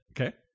Okay